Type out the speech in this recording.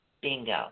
Bingo